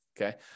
okay